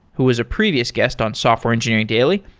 who is a previous guest on software engineering daily.